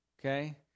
Okay